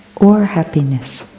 or happiness.